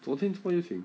昨天突然又请